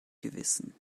gewissen